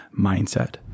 mindset